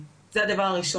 זה הדבר הראשון.